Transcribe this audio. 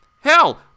Hell